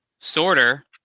sorter